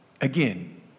Again